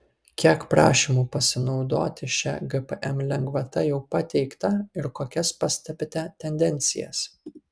kiek prašymų pasinaudoti šia gpm lengvata jau pateikta ir kokias pastebite tendencijas